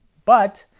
but,